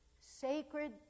sacred